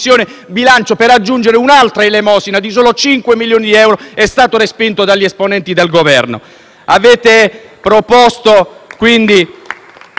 bilancio per aggiungere un'altra elemosina di appena 5 milioni di euro è stato respinto dagli esponenti del Governo.